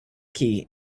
key